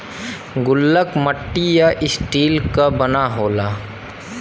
गुल्लक मट्टी या स्टील क बना होला